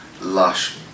lush